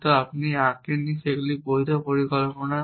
কিন্তু আমরা আঁকেনি সেগুলিই বৈধ পরিকল্পনা